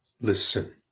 listen